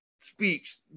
speech